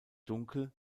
dunkel